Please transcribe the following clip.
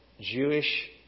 Jewish